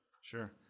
sure